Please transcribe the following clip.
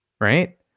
right